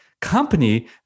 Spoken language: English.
company